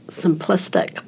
simplistic